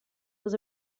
was